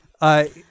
I-